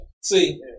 See